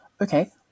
Okay